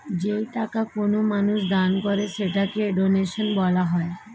যেই টাকা কোনো মানুষ দান করে সেটাকে ডোনেশন বলা হয়